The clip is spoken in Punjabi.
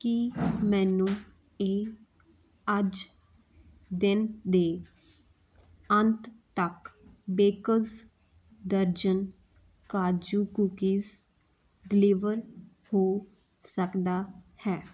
ਕੀ ਮੈਨੂੰ ਇਹ ਅੱਜ ਦਿਨ ਦੇ ਅੰਤ ਤੱਕ ਬੇਕਰਜ਼ ਦਰਜਨ ਕਾਜੂ ਕੂਕੀਜ਼ ਡਿਲੀਵਰ ਹੋ ਸਕਦਾ ਹੈ